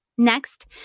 Next